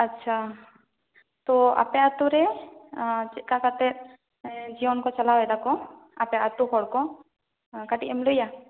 ᱟᱪᱪᱷᱟ ᱛᱚ ᱟᱯᱮ ᱟᱛᱳ ᱨᱮ ᱪᱮᱫ ᱞᱮᱠᱟ ᱠᱟᱛᱮ ᱡᱤᱭᱚᱱ ᱠᱚ ᱪᱟᱞᱟᱣ ᱮᱫᱟ ᱠᱚ ᱟᱯᱮ ᱟᱛᱳ ᱦᱚᱲ ᱠᱚᱠᱟᱹᱴᱤᱡ ᱮᱢ ᱞᱟᱹᱭᱟ